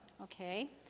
Okay